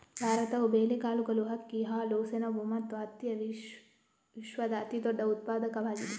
ಭಾರತವು ಬೇಳೆಕಾಳುಗಳು, ಅಕ್ಕಿ, ಹಾಲು, ಸೆಣಬು ಮತ್ತು ಹತ್ತಿಯ ವಿಶ್ವದ ಅತಿದೊಡ್ಡ ಉತ್ಪಾದಕವಾಗಿದೆ